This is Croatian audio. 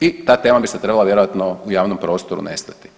I ta tema bi sad trebala vjerojatno u javnom prostoru nestati.